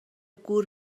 گور